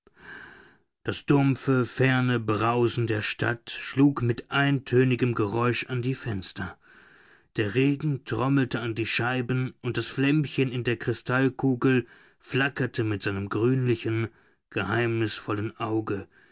das dumpfe ferne brausen der stadt schlug mit eintönigem geräusch an die fenster der regen trommelte an die scheiben und das flämmchen in der kristallkugel flackerte mit seinem grünlichen geheimnisvollen auge